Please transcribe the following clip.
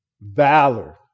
valor